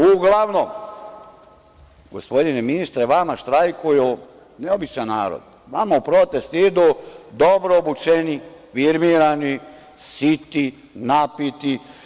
Uglavnom, gospodine ministre vama štrajkuju ne običan narod, vama idu u protest idu dobro obučeni, firmirani, siti, napiti.